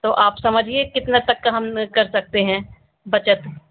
तो आप समझिए कितना तक का हम कर सकते हैं बचत